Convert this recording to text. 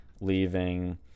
leaving